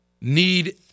need